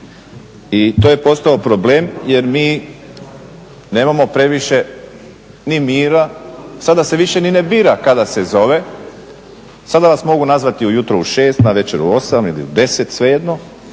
I to je postao problem jer mi nemamo previše ni mira, sada se više ni ne bira kada se zove, sada vas mogu nazvati ujutro u 6, navečer u 8 ili u 10 svejedno